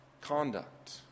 conduct